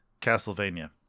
Castlevania